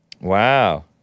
Wow